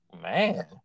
man